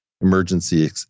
emergency